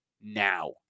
now